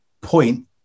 point